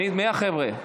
מי החבר'ה?